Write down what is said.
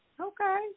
Okay